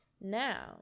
now